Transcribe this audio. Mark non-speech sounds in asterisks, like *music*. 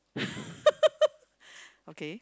*laughs* okay